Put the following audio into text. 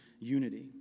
unity